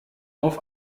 auf